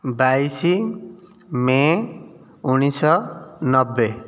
ବାଇଶି ମେ ଉଣେଇଶହ ନବେ